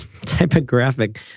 typographic